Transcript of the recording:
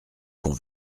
qu’on